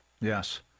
yes